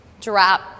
Drop